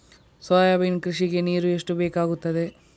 Soybean ಕೃಷಿಗೆ ನೀರು ಎಷ್ಟು ಬೇಕಾಗುತ್ತದೆ?